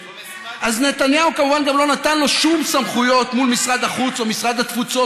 אז נתניהו כמובן גם לא נתן לו שום סמכויות מול משרד החוץ או משרד התפוצות